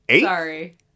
Sorry